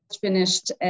finished